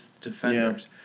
defenders